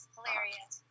Hilarious